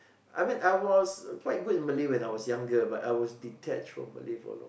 I mean I was quite good in Malay when I was younger but I was detached from Malay for a long